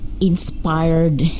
inspired